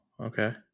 okay